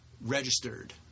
registered